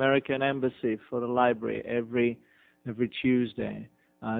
aurukun embassy for the library every every tuesday